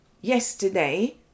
yesterday